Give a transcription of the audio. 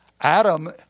Adam